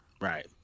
Right